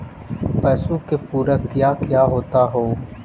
पशु के पुरक क्या क्या होता हो?